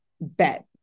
bet